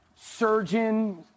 surgeon